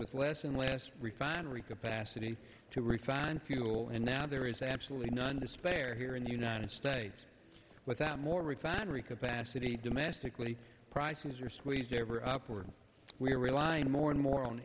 with less and less refinery capacity to refine fuel and now there is absolutely none to spare here in the united states without more refinery capacity domestically prices are squeezed ever upward and we're relying more and more on